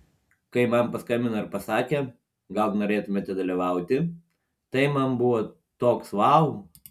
kai man paskambino ir pasakė gal norėtumėte dalyvauti tai man buvo toks vau